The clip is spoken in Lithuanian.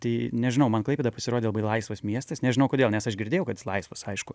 tai nežinau man klaipėda pasirodė labai laisvas miestas nežinau kodėl nes aš girdėjau kad jis laisvas aišku